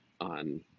on